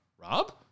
Rob